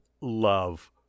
love